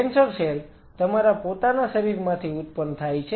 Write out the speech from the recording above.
cancer cell તમારા પોતાના શરીરમાંથી ઉત્પન્ન થાય છે